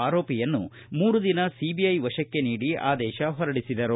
ಆರೋಪಿಯನ್ನು ಮೂರು ದಿನ ಸಿಬಿಐ ವಶಕ್ಕೆ ನೀಡಿ ಆದೇಶ ಹೊರಡಿಸಿದರು